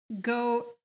go